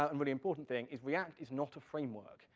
ah and really important, thing, is react is not a framework.